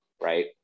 right